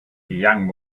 young